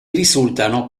risultano